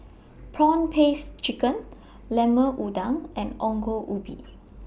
Prawn Paste Chicken Lemon Udang and Ongol Ubi